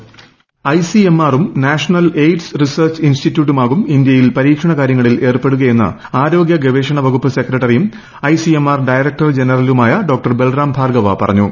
voice I C M ആറും നാഷ്ടണിൽ AIDS research ഇൻസ്റ്റിറ്റ്യൂട്ടുമാകും ഇന്ത്യയിൽ പ്പരീക്ഷണ കാര്യങ്ങളിൽ ഏർപ്പെടുകയെന്ന് ആരോഗ്യ രൂപ്പേഷണ വകുപ്പ് സെക്രട്ടറിയും I C M R director ജനറലുമായ ഡോ ബൽറാം ഭാർഗവ പറഞ്ഞു